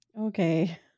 Okay